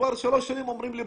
כבר שלוש שנים אומרים לי,